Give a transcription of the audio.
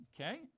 Okay